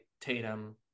tatum